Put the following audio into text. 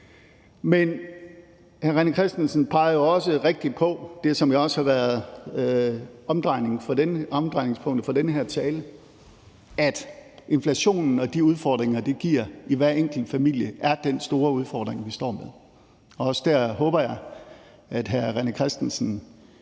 hr. René Christensen pegede jo også rigtigt på det, som også har været omdrejningspunktet for den her tale, nemlig at inflationen og de udfordringer, den giver i hver enkelt familie, er den store udfordring, vi står med, og også der håber jeg, at hr. René Christensen